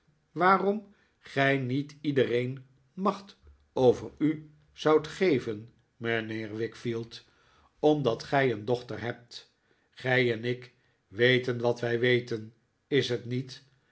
waarom gij niet iedereen macht over u zoudt geven mijnheer wickfield omdat gij een dochter hebt gij en ik weten wat wij weten is het niet